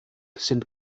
sind